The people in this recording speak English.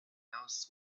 knows